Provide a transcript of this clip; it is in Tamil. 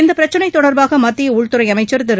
இந்தப் பிரச்னை தொடர்பாக மத்திய உள்துறை அமைச்சர் திரு